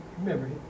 remember